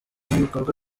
n’ibikorwa